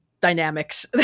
dynamics